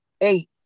eight